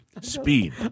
speed